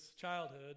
childhood